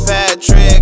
Patrick